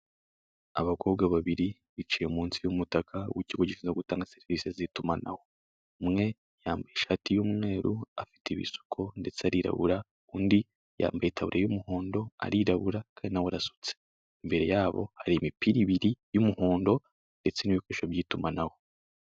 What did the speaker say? Abakobwa babiri bicaye munsi y'umutaka w'ikigo gizwe gutanga serivise z'itumanaho, umwe yambaye ishati y'umweru afite ibisuko ndetse arirabura, undi yambaye itaburiya y'umuhondo arirabura kandi na we arasutse, imbere yabo hari imipira ibiri y'umuhondo ndetse n'ibikoresho by'itumanaho.